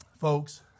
Folks